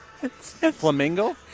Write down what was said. flamingo